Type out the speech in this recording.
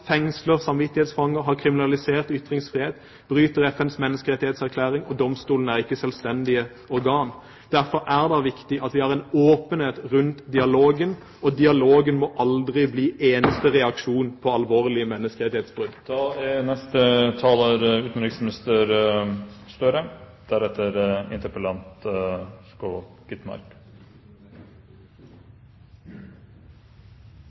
fengsler samvittighetsfanger, har kriminalisert ytringsfrihet, bryter FNs menneskerettighetserklæring, og domstolene er ikke selvstendige organ. Derfor er det viktig at vi har en åpenhet rundt dialogen, og dialogen må aldri bli eneste reaksjon på alvorlige menneskerettighetsbrudd. Hvilke resultater skaper menneskerettighetsdialogene – heretter MR-dialogene? Dette er et godt og viktig spørsmål. Takk til representanten Skovholt Gitmark